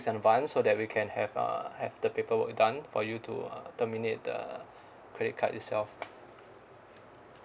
advance so that we can have uh have the paperwork done for you to uh terminate the credit card itself